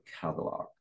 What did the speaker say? catalog